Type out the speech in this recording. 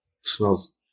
smells